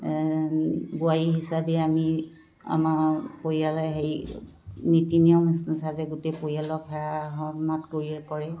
বোৱাৰী হিচাপে আমি আমাৰ পৰিয়ালৰ হেৰি নীতি নিয়ম হিচাপে গোটেই পৰিয়ালক সেৱা সন্মান কৰি কৰে